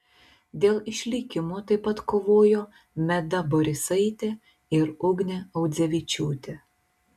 dėl išlikimo taip pat kovojo meda borisaitė ir ugnė audzevičiūtė